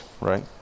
right